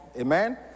amen